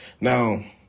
Now